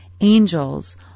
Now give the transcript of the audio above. angels